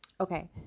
Okay